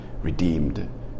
redeemed